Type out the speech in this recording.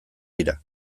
dira